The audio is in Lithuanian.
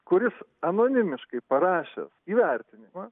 kuris anonimiškai parašęs įvertinimą